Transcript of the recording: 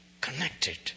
connected